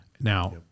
Now